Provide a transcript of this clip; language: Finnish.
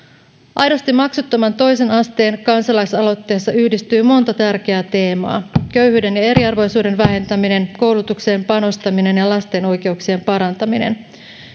aidosti maksuttoman toisen asteen kansalaisaloitteessa yhdistyy monta tärkeää teemaa köyhyyden ja eriarvoisuuden vähentäminen koulutukseen panostaminen ja lasten oikeuksien parantaminen